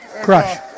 Crush